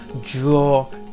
draw